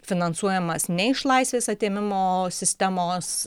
finansuojamas ne iš laisvės atėmimo sistemos